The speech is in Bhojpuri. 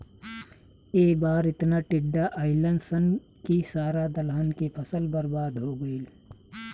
ए बार एतना टिड्डा अईलन सन की सारा दलहन के फसल बर्बाद हो गईल